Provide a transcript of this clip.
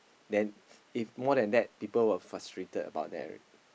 then if more than that people will be frustrated about that